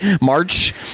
March